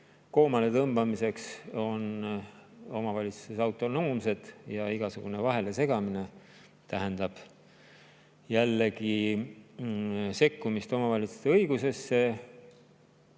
koomale tõmbamiseks on omavalitsustes autonoomsed ja igasugune vahelesegamine tähendab jällegi sekkumist omavalitsuste õigustesse.